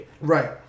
Right